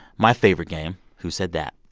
my favorite game, who said that